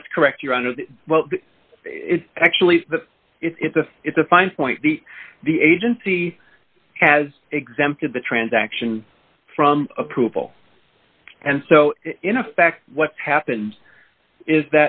that's correct your honor the well actually it's a it's a fine point the the agency has exempted the transaction from approval and so in effect what's happened is